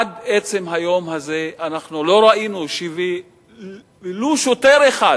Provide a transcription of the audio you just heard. עד עצם היום הזה אנחנו לא ראינו ולו שוטר אחד